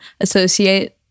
associate